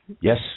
Yes